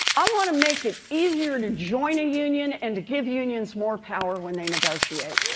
i want to make it easier to join a union and to give unions more power when they negotiate